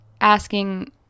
Asking